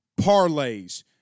Parlays